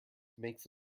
makes